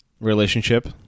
relationship